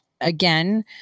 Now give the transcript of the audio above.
again